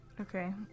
Okay